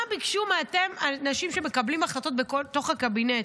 מה ביקשו מאותם אנשים שמקבלים החלטות בתוך הקבינט?